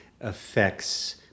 affects